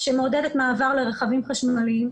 שמעודדת מעבר לרכבים חשמליים.